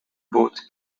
boot